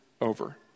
over